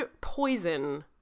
poison